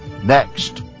next